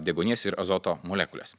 deguonies ir azoto molekulės